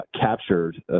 captured